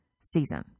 season